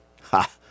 Ha